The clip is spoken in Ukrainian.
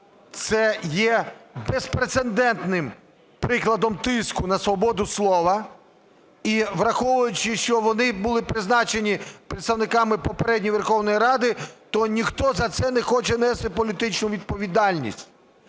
це є безпрецедентним прикладом тиску на свободу слова. І враховуючи, що вони були призначені представниками попередньої Верховної Ради, то ніхто за це не хоче нести політичну відповідальність.